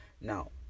Now